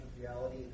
reality